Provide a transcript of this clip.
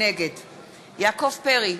נגד יעקב פרי,